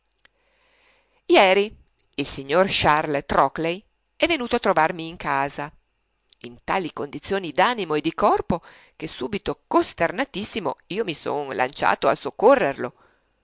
ieri il signor charles trockley è venuto a trovarmi in casa in tali condizioni d'animo e di corpo che subito costernatissimo io mi son lanciato a